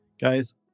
guys